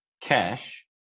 Cash